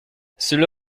cela